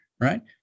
right